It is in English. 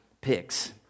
picks